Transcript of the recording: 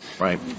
Right